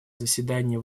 заседание